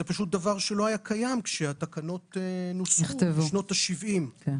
זה דבר שלא היה קיים כשהתקנות נוסחו בשנות ה-70.